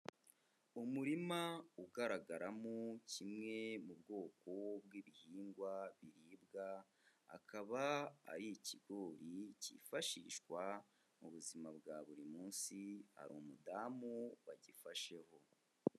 Umurima ugaragaramo kimwe mu bwoko bw'ibihingwa biribwa, akaba ari ikigori cyifashishwa mu buzima bwa buri munsi, hari umudamu wagifasheho.